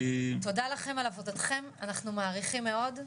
תודה לכם על עבודתכם, אנחנו מעריכים מאוד.